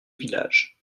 villages